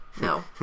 No